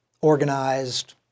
organized